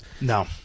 No